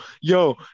yo